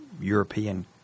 European